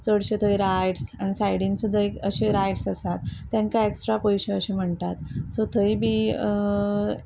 चडशें थंय रायड्स आनी सायडीन सुद्दां एक अशे रायड्स आसात तांकां एक्स्ट्रा पयशे अशे म्हणटात सो थंय बी